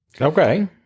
Okay